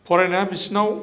फरायनाया बिसोरनाव